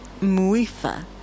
Muifa